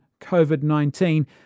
COVID-19